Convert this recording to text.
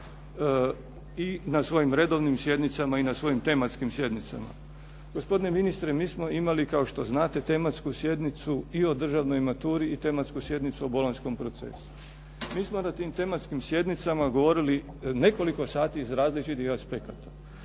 i na svojim redovnim sjednicama i na svojim tematskim sjednicama. Gospodine ministre mi smo imali kao što znate tematsku sjednicu i o državnoj maturi i tematsku sjednicu o Bolonjskom procesu. Mi smo na tim tematskim sjednicama govorili nekoliko sati iz različitih aspekata.